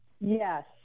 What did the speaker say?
yes